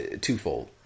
twofold